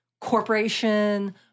corporation